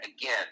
again